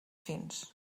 fins